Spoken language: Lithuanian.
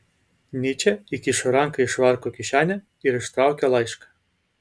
nyčė įkišo ranką į švarko kišenę ir ištraukė laišką